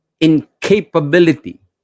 Incapability